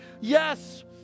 Yes